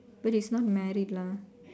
but he's not married lah